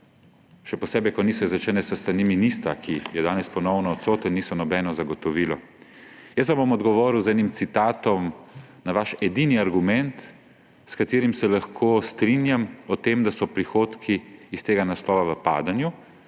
še posebej ko niso izrečena s strani ministra, ki je danes ponovno odsoten, niso nobeno zagotovilo. Jaz vam bom odgovoril z enim citatom na vaš edini argument, s katerim se lahko strinjam, o tem, da so prihodki s tega naslova v padanju.